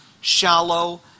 shallow